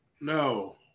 No